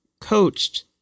coached